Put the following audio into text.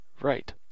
Right